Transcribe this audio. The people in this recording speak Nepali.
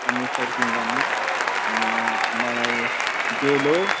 अनि साइड सिन गर्नु मलाई डेलो